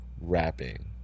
rapping